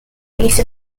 release